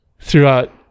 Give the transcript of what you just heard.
throughout